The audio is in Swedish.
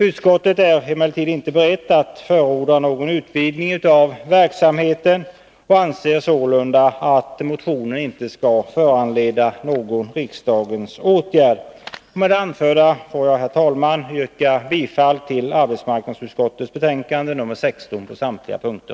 Utskottet är emellertid inte berett att förorda någon utvidgning av verksamheten och anser sålunda att motionen inte skall föranleda någon riksdagens åtgärd. Herr talman! Med det anförda ber jag att få yrka bifall till hemställan i arbetsmarknadsutskottets betänkande nr 16 på samtliga punkter.